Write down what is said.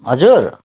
हजुर